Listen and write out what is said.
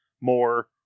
more